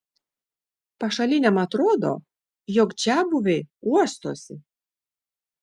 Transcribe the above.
pašaliniam atrodo jog čiabuviai uostosi